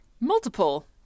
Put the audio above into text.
multiple